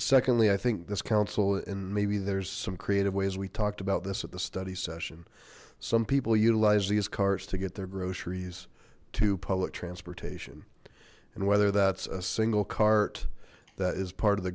secondly i think this council and maybe there's some creative ways we talked about this at the study session some people utilize these cars to get their groceries to public transportation and whether that's a single cart that is part of the